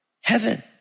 heaven